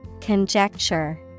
Conjecture